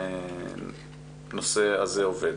איפה הנושא הזה עובד.